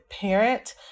parent